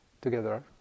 together